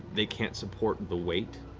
they can't support the weight